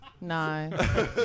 no